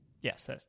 yes